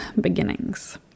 beginnings